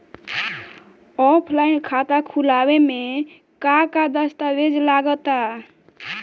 Offline खाता खुलावे म का का दस्तावेज लगा ता?